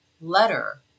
letter